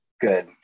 good